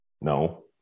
No